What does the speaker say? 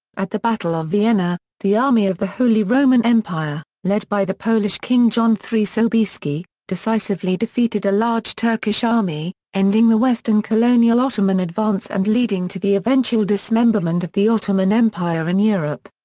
at the battle of vienna, the army of the holy roman empire, led by the polish king john iii sobieski, decisively defeated a large turkish army, ending the western colonial ottoman advance and leading to the eventual dismemberment of the ottoman empire in europe.